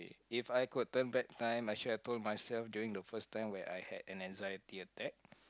if I could turn back time I should have told myself during the first time when I had an anxiety attack